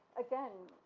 again,